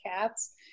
cats